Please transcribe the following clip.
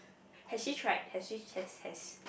has she tried has she has has